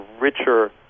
richer